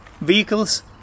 vehicles